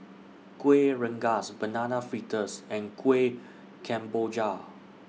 Kueh Rengas Banana Fritters and Kuih Kemboja